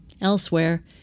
Elsewhere